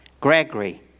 Gregory